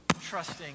trusting